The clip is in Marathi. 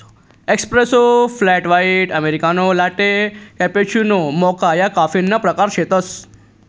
espresso, flat white, americano, latte, cappuccino, mocha या कॉफीना प्रकार शेतसं